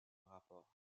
rapports